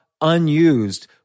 unused